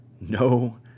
no